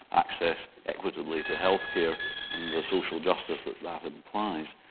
access equitably to healthcare and the social justice that that implies.